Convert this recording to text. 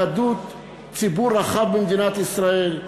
ציבור רחב במדינת ישראל,